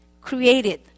created